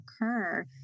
occur